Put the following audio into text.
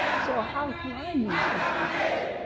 so how can i use these ideas?